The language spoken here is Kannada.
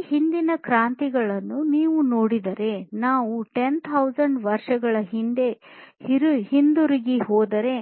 ಈ ಹಿಂದಿನ ಕ್ರಾಂತಿಗಳನ್ನು ನೀವು ನೋಡಿದರೆ ನಾವು 10000 ವರ್ಷಗಳ ಹಿಂದೆ ಹಿಂತಿರುಗಿ ಹೋದರೆ